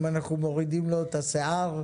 אם אנחנו מורידים לו את השיער,